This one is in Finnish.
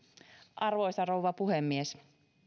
arvoisa rouva puhemies